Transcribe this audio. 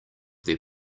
their